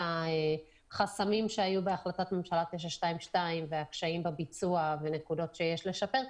החסמים שהיו בהחלטת ממשלה 922 והקשיים בביצוע ונקודות שיש לשפר,